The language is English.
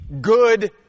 good